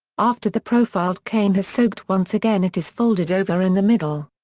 after the profiled cane has soaked once again it is folded over in the middle.